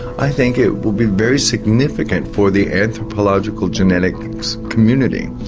i think it will be very significant for the anthropological genetics community.